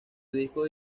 discos